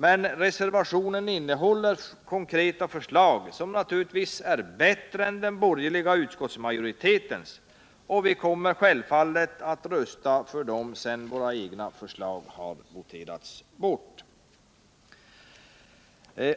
Men reservationerna innehåller dock konkreta förslag, som naturligtvis är bättre än den borgerliga utskottsmajoritetens, och vi kommer därför att rösta för dem sedan våra egna förslag har voterats bort.